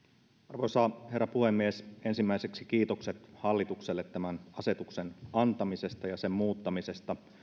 arvoisa herra puhemies ensimmäiseksi kiitokset hallitukselle tämän asetuksen antamisesta ja sen muuttamisesta